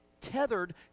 tethered